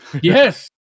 Yes